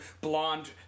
blonde